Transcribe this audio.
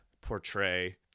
portray